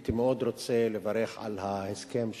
הייתי מאוד רוצה לברך על ההסכם שהושג,